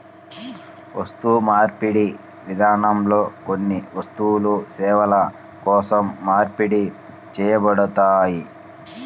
వస్తుమార్పిడి విధానంలో కొన్ని వస్తువులు సేవల కోసం మార్పిడి చేయబడ్డాయి